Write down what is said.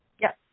Yes